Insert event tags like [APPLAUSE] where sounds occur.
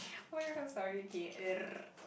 [BREATH] oh-my-god i'm sorry okay [NOISE]